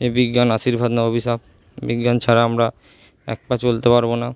যে বিজ্ঞান আশীর্বাদ না অভিশাপ বিজ্ঞান ছাড়া আমরা এক পা চলতে পারবো না